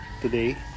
today